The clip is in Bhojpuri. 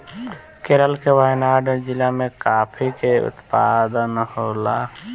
केरल के वायनाड जिला में काफी के उत्पादन होला